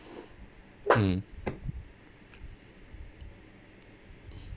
mm